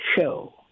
show